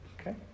Okay